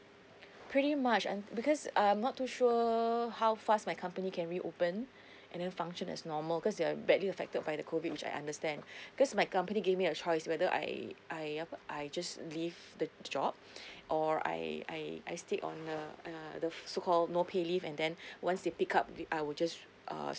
pretty much un~ because I am not too sure how fast my company can re open and then function as normal cause they're badly affected by the COVID which I understand cause my company gave me a choice whether I I ap~ I just leave the job or I I I stick on uh uh the so called no pay leave and then once they pick up I will just uh